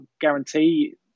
guarantee